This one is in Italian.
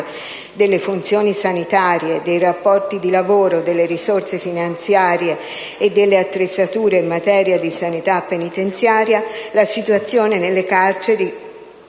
delle funzioni sanitarie, dei rapporti di lavoro, delle risorse finanziarie e delle attrezzature in materia di sanità penitenziaria, la situazione delle carceri,